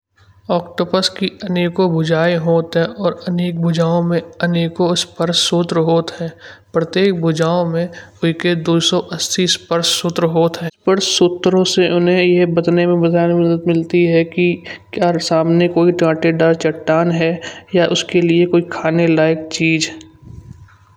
ऑक्टोपस के अनेक भुजायें होत हैं। और अनेक भुजाओं में अनेक स्पर्श सूत्र होत हैं। प्रत्येक भुजाओं में उनके दो सौ अस्सी प्रति स्पर्श सूत्र होत हैं। और सूत्रों से उन्हें यह बदलाव में बनाने मिलती है कि। क्या सामने कोई कांटेदार चट्टान है। या उसके लिए कोई खाने लायक चीज़।